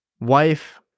Wife